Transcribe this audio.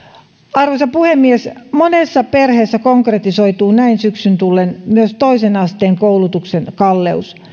arvoisa puhemies monessa perheessä konkretisoituu näin syksyn tullen myös toisen asteen koulutuksen kalleus